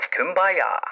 Kumbaya